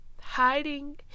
hiding